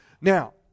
Now